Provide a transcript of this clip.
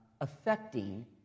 affecting